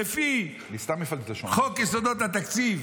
לפי חוק יסודות התקציב